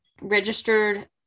registered